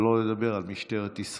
שלא לדבר על משטרת ישראל,